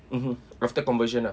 mmhmm after conversion ah